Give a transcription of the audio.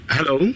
Hello